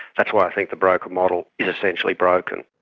that's why i think the broker model is essentially broken.